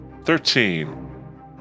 Thirteen